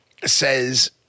Says